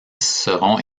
seront